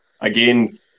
again